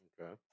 Okay